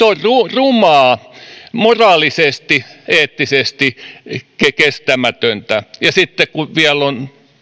rumaa moraalisesti eettisesti kestämätöntä ja sitten kun vielä on